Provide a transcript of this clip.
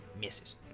Misses